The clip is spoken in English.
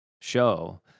show